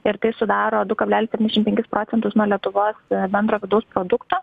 ir tai sudaro du kablelis penkis procentus nuo lietuvos bendro vidaus produkto